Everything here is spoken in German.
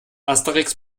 asterix